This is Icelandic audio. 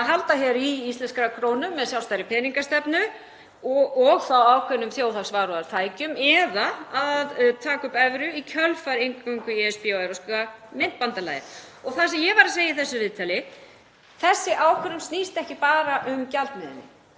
að halda í íslenska krónu með sjálfstæðri peningastefnu og ákveðnum þjóðhagsvarúðartækjum eða að taka upp evru í kjölfar inngöngu í ESB og Evrópska myntbandalagið. Það sem ég var að segja í þessu viðtali var að þessi ákvörðun snýst ekki bara um gjaldmiðilinn.